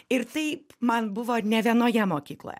ir tai man buvo ne vienoje mokykloje